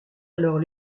alors